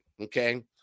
Okay